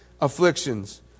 afflictions